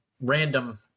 random